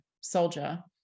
soldier